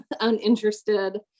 uninterested